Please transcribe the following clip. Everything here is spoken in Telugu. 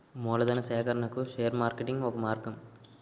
మూలధనా సేకరణకు షేర్ మార్కెటింగ్ ఒక మార్గం